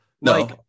no